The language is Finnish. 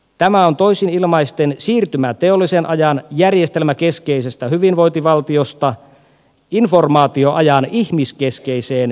tämä on toisin ilmaisten siirtymä teollisen ajan järjestelmäkeskeisestä hyvinvointivaltiosta informaatioajan ihmiskeskeiseen hyvinvointiyhteiskuntaan